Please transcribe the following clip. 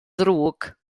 ddrwg